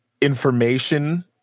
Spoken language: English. information